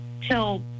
till